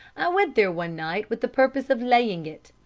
went there one night with the purpose of laying it,